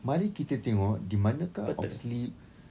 mari kita tengok di manakah Oxley